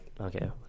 okay